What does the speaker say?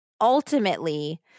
ultimately